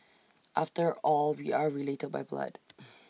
after all we are related by blood